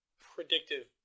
Predictive